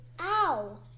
ow